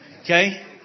Okay